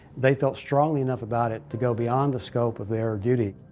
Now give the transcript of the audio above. they felt strongly enough about it to go beyond the scope of their duty.